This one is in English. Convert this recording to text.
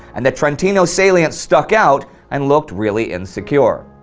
and the trentino salient stuck out and looked really insecure.